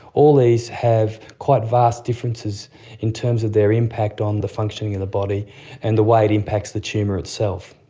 all these have quite vast differences in terms of their impact on the functioning of the body and the way it impacts the tumour itself.